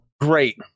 great